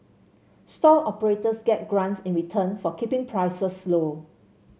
stall operators get grants in return for keeping prices low